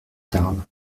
tarn